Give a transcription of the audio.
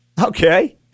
Okay